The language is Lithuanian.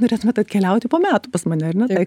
norėtumėt atkeliauti po metų pas mane ar ne tai